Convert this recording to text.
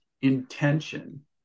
intention